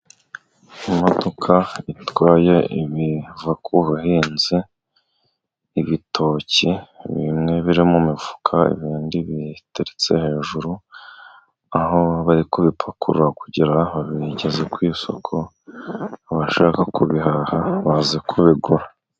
Imodoka itwaye ibiva ku buhinzi ibitoki, bimwe biri mu mifuka ibindi biteretse hejuru, aho bari ku bipakurura kugira babigeze ku isoko, abashaka kubihaha baze kubigura.